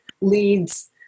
leads